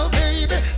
baby